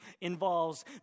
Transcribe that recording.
involves